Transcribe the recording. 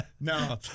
No